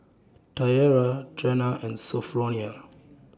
Tiarra Trena and Sophronia